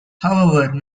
however